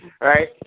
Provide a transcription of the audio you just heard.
right